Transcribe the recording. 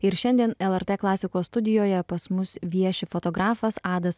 ir šiandien lrt klasikos studijoje pas mus vieši fotografas adas